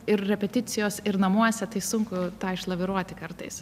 ir repeticijos ir namuose tai sunku tą išlaviruoti kartais